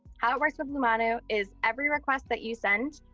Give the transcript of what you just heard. how it works with lumanu is every request that you send,